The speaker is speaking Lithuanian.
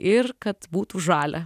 ir kad būtų žalia